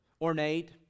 ornate